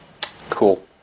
Cool